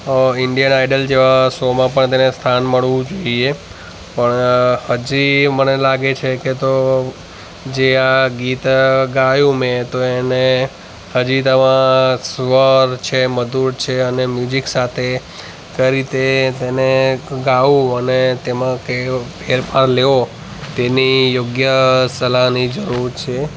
અ Indian Idol જેવા શોમાં પણ તેને સ્થાન મળવું જોઈએ પણ હજી મને લાગે છે કે તો જે આ ગીત ગાયું મેં એને હજી તેમાં સ્વર છે મધુર છે અને મ્યુઝિક સાથે કઈ રીતે તે તેને ગાવું અને તેમાં કેવો ફેરફાર લેવો તેની યોગ્ય સલાહની જરૂર છે